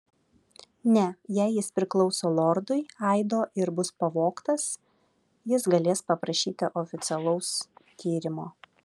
ne jei jis priklauso lordui aido ir bus pavogtas jis galės paprašyti oficialaus tyrimo